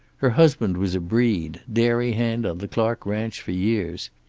her husband was a breed, dairy hand on the clark ranch for years.